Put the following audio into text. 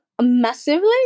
massively